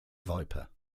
viper